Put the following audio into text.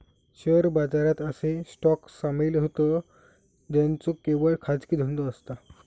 share बाजारात असे stock सामील होतं ज्यांचो केवळ खाजगी धंदो असता